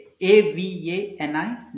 A-V-A-N-I